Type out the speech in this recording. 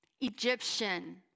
Egyptian